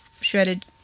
shredded